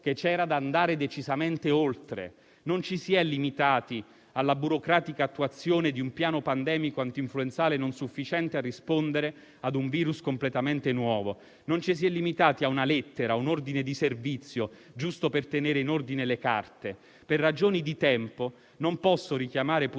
che c'era da andare decisamente oltre: non ci si è limitati alla burocratica attuazione di un piano pandemico antinfluenzale non sufficiente a rispondere a un virus completamente nuovo; non ci si è limitati a una lettera o a un ordine di servizio, giusto per tenere in ordine le carte. Per ragioni di tempo non posso richiamare puntualmente